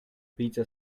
pizza